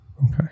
Okay